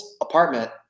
apartment